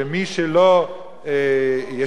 שמי שלא ישרת,